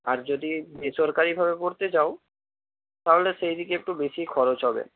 আর যদি বেসরকারিভাবে পড়তে চাও তাহলে সেই দিকে একটু বেশিই খরচ হবে